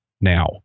now